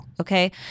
Okay